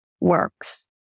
works